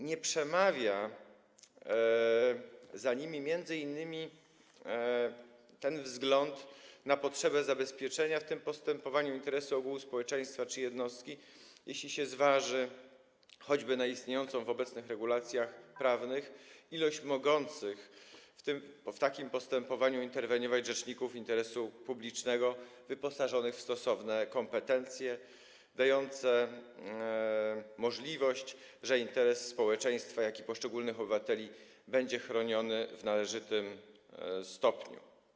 Nie przemawia za nimi m.in. wzgląd na potrzebę zabezpieczenia w tym postępowaniu interesu ogółu społeczeństwa czy jednostki, jeśli się zważy choćby istniejącą w obecnych regulacjach prawnych liczbę mogących w takim postępowaniu interweniować rzeczników interesu publicznego, wyposażonych w stosowne kompetencje dające możliwość, że interes społeczeństwa, jak i poszczególnych obywateli będzie chroniony w należytym stopniu.